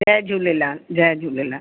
जय झूलेलाल जय झूलेलाल